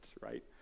right